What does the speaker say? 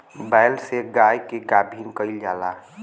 बैल से गाय के गाभिन कइल जाला